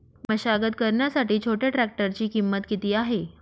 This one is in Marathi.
मशागत करण्यासाठी छोट्या ट्रॅक्टरची किंमत किती आहे?